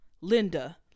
Linda